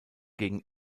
gegen